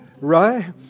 right